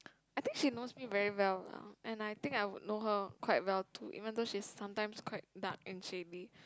I think she knows me very well lah and I think I would know her quite well too even though she is sometimes quite dark and shady